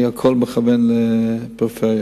אני הכול מכוון לפריפריה.